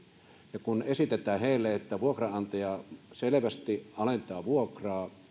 ja kun heille esitetään että vuok ranantaja selvästi alentaa vuokraa